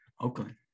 Oakland